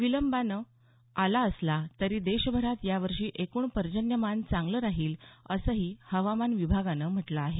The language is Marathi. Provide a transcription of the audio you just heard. विलंबानं आला असला तरी देशभरात यावर्षी एकूण पर्जन्यमान चांगलं राहील असंही हवामान विभागानं म्हटलं आहे